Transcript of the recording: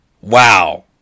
Wow